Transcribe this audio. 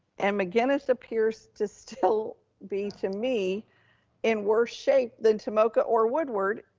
and mcinnis appears to still be to me in worse shape than tomoka or woodward.